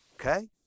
okay